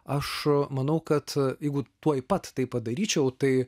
aš manau kad jeigu tuoj pat tai padaryčiau tai